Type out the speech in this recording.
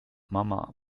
mama